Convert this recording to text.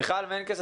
מיכל מנקס,